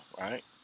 Right